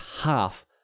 half